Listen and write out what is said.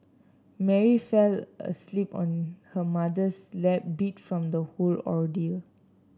Mary fell asleep on her mother's lap beat from the whole ordeal